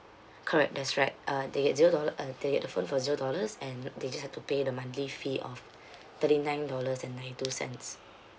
correct that's right uh they get zero dollar uh to get the phone for zero dollars and they just have to pay the monthly fee of thirty nine dollars and nine two cents